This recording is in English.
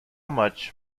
much